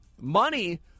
money